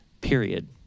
period